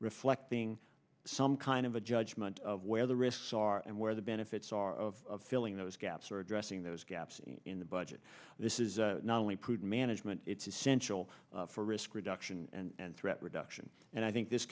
reflecting some kind of a judgment of where the risks are and where the benefits are of filling those gaps or addressing those gaps in the budget this is not only prudent management it's essential for risk reduction and threat reduction and i think this